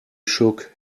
shook